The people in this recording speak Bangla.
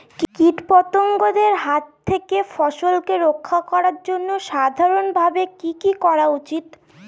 কীটপতঙ্গের হাত থেকে ফসলকে রক্ষা করার জন্য সাধারণভাবে কি কি করা উচিৎ?